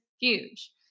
huge